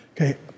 Okay